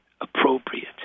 appropriate